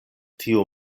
tiu